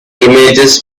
images